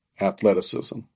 athleticism